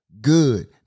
good